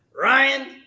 Ryan